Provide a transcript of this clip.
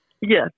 Yes